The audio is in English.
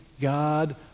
God